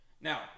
Now